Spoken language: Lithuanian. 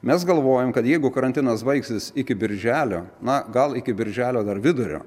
mes galvojam kad jeigu karantinas baigsis iki birželio na gal iki birželio dar vidurio